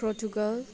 Portugal